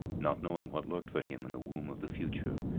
not knowing what lurked for him in the womb of the future,